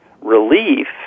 relief